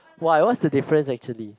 why what's the difference actually